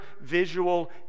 visual